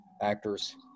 actors